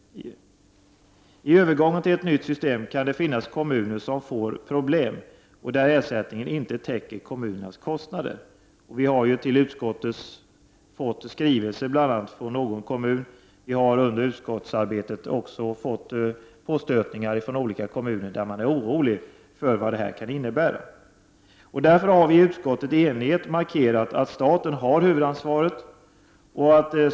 I övergången till ett nytt system kan det finnas kommuner som får problem och där ersättningen inte täcker kommunernas kostnader. Vi har till utskottet fått en skrivelse från någon kommun, och vi har under utskottets arbete också fått påstötningar från olika kommuner. De är oroliga för vad övergången kan innebära. Därför har vi i utskottet i enighet markerat att staten har huvudansvaret.